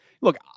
look